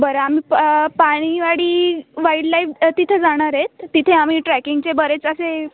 बरं आम्ही प पाणी वाडी वाईल्डलाईफ तिथे जाणार आहेत तिथे आम्ही ट्रॅकिंगचे बरेच असे